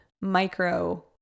micro